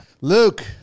Luke